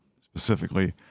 specifically